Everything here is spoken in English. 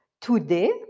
Today